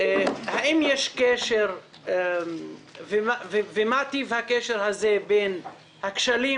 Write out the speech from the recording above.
האם יש קשר ומה טיב הקשר הזה בין הכשלים